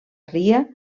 ria